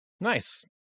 nice